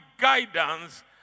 guidance